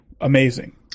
amazing